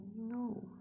no